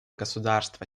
государства